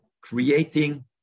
creating